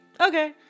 okay